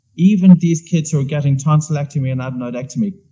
even these kids who are getting tonsillectomy and adenoidectomy,